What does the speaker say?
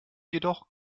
jedoch